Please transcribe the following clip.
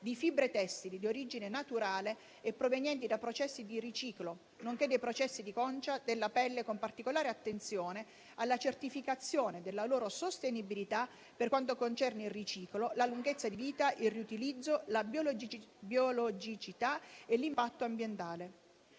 di fibre tessili di origine naturale e provenienti da processi di riciclo, nonché dei processi di concia della pelle con particolare attenzione alla certificazione della loro sostenibilità per quanto concerne il riciclo, la lunghezza di vita, il riutilizzo, la biologicità e l'impatto ambientale.